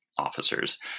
Officers